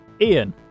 Ian